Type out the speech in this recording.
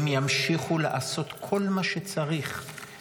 הם ימשיכו לעשות כל מה שצריך,